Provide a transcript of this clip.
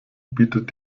bietet